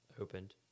opened